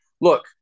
look